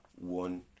one